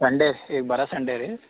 Sunday ಈಗ ಬರೋ Sunday ರೀ